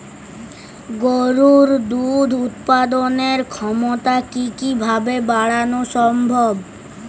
গরুর দুধ উৎপাদনের ক্ষমতা কি কি ভাবে বাড়ানো সম্ভব?